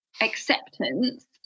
acceptance